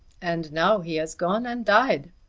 and now he has gone and died!